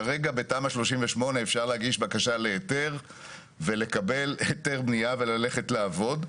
כרגע בתמ"א 38 אפשר להגיש בקשה להיתר ולקבל היתר בנייה וללכת לעבוד.